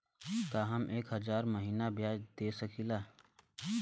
का हम एक हज़ार महीना ब्याज दे सकील?